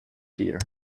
here